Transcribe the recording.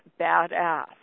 badass